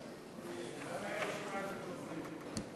למה אין רשימת דוברים?